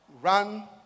run